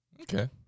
Okay